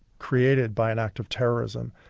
created by and act of terrorism.